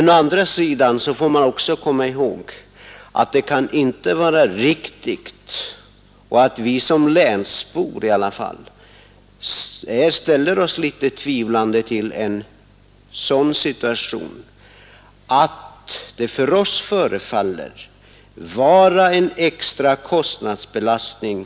Å andra sidan kan det inte vara riktigt — i varje fall ställer vi länsbor oss litet tvivlande till det — att NJA får en extra kostnadsbelastning.